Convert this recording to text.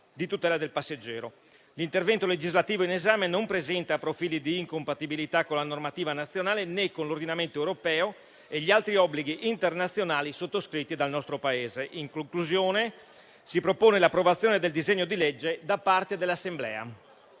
di tutela del passeggero. L'intervento legislativo in esame non presenta profili di incompatibilità con la normativa nazionale, né con l'ordinamento europeo e gli altri obblighi internazionali sottoscritti dal nostro Paese. In conclusione, si propone l'approvazione del disegno di legge da parte dell'Assemblea.